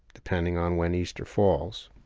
depending on when easter falls.